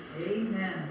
Amen